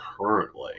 currently